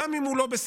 גם אם הוא לא בסדר.